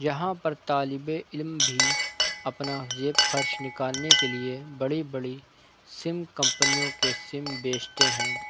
یہاں پر طالب علم بھی اپنا جیب خرچ نکالنے کی لیے بڑی بڑی سم کمپنیوں کے سم بیچتے ہیں